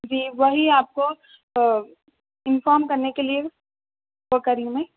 جی وہی آپ کو انفارم کرنے کے لیے کری ہوں میں